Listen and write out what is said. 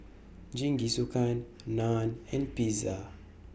Jingisukan Naan and Pizza